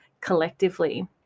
collectively